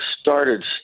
started